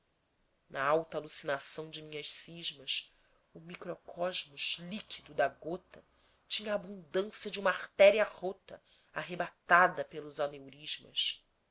na alta alucinação de minhas cismas o microcosmos líquido da gota tinha a abundância de uma artéria rota arrebatada pelos